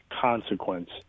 consequence